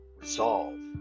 resolve